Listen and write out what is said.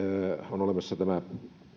on olemassa tämä